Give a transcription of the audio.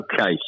Okay